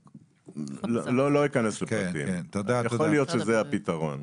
לא אכנס לפרטים, יכול להיות שזה הפתרון.